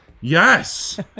yes